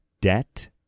debt